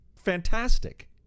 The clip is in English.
fantastic